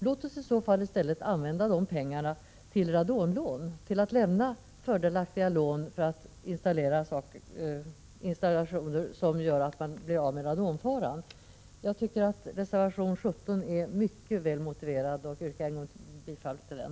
Låt oss i stället använda pengarna till radonlån, till att lämna fördelaktiga lån för installationer som gör att man blir av med radonfaran. Jag tycker att reservation 17 är mycket väl motiverad, och jag yrkar ännu en gång bifall till den.